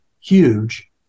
huge